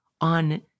on